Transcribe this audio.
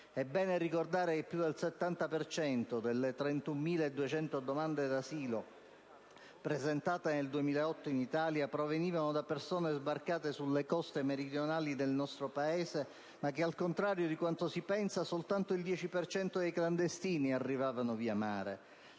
È bene ricordare che più del 70 per cento delle 31.200 domande d'asilo presentate nel 2008 in Italia provenivano da persone sbarcate sulle coste meridionali del nostro Paese, ma che, al contrario di quanto si pensa, solo il 10 per cento dei clandestini arriva via mare.